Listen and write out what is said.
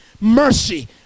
mercy